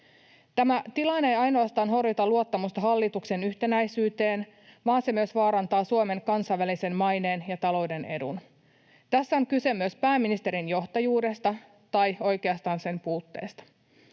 Tämä tilanne ei ainoastaan horjuta luottamusta hallituksen yhtenäisyyteen, vaan se myös vaarantaa Suomen kansainvälisen maineen ja talouden edun. Tässä on kyse myös pääministerin johtajuudesta tai oikeastaan sen puutteesta.